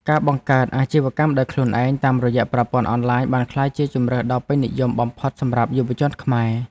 ការបង្កើតអាជីវកម្មដោយខ្លួនឯងតាមរយៈប្រព័ន្ធអនឡាញបានក្លាយជាជម្រើសដ៏ពេញនិយមបំផុតសម្រាប់យុវជនខ្មែរ។